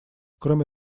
кроме